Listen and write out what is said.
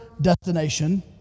destination